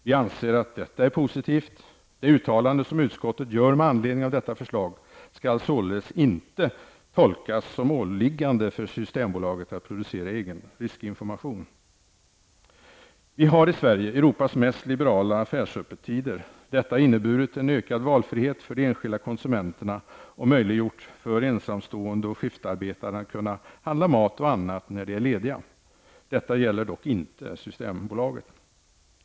Vi anser att detta är positivt. Det uttalande som utskottet gör med anledning av detta förslag skall således inte tolkas som ett åliggande för Systembolaget att producera egen riskinformation. Vi har i Sverige Europas mest liberala affärsöppettider. Detta har inneburit en ökad valfrihet för de enskilda konsumenterna och möjliggjort för ensamstående och skiftarbetande att kunna handla mat och annat när de är lediga. Detta gäller dock inte Systembolaget.